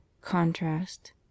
Contrast